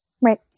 right